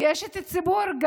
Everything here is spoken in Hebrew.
גם כאשת ציבור,